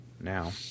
now